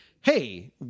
hey